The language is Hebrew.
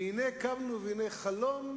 והנה קמנו והנה חלום,